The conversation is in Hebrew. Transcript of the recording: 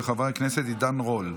של חבר הכנסת עידן רול.